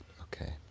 okay